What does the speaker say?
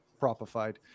propified